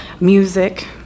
music